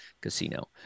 Casino